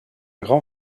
grand